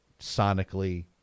sonically